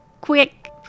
quick